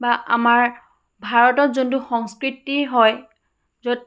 বা আমাৰ ভাৰতত যোনটো সংস্কৃতি হয় য'ত